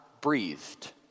breathed